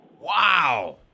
Wow